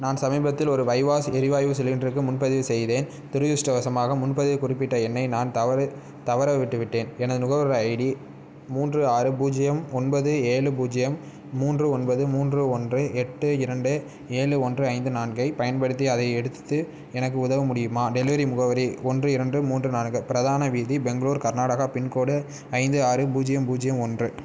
நான் சமீபத்தில் ஒரு வைவா எரிவாயு சிலிண்டருக்கு முன்பதிவு செய்தேன் துரதிர்ஷ்டவசமாக முன்பதிவு குறிப்பிட்ட எண்ணை நான் தவற தவற விட்டுவிட்டேன் எனது நுகர்வோர் ஐடி மூன்று ஆறு பூஜ்யம் ஒன்பது ஏழு பூஜ்யம் மூன்று ஒன்பது மூன்று ஒன்று எட்டு இரண்டு ஏழு ஒன்று ஐந்து நன்கைப் பயன்படுத்தி அதை எடுத்து எனக்கு உதவ முடியுமா டெலிவரி முகவரி ஒன்று இரண்டு மூன்று நான்கு பிரதான வீதி பெங்களூர் கர்நாடகா பின்கோடு ஐந்து ஆறு பூஜ்யம் பூஜ்யம் ஒன்று